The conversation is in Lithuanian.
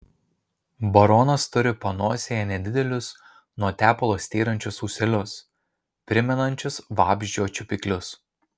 baronas turi panosėje nedidelius nuo tepalo styrančius ūselius primenančius vabzdžio čiupiklius